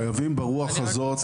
חייבים ברוח הזאת,